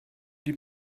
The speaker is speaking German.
die